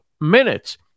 minutes